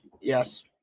Yes